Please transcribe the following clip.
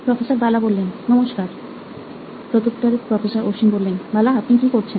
professor Bala নমস্কার professor Ashwin Bala আপনি কি করছেন